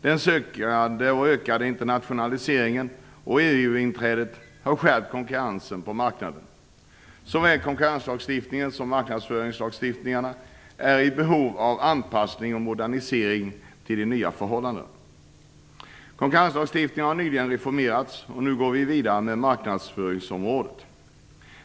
Den ökande internationaliseringen och EU inträdet har skärpt konkurrensen på marknaden. Såväl konkurrenslagstiftningen som marknadsföringslagstiftningen är i behov av en modernisering och en anpassning till de nya förhållandena. Konkurrenslagstiftningen har nyligen reformerats. Nu går vi vidare med marknadsföringsområdet.